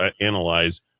analyze –